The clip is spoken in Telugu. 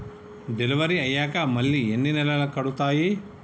డెలివరీ అయ్యాక మళ్ళీ ఎన్ని నెలలకి కడుతాయి?